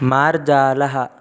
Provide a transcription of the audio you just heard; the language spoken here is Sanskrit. मार्जालः